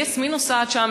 אני עצמי נוסעת שם,